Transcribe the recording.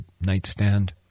nightstand